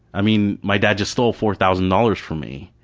i mean my dad just stole four thousand dollars from me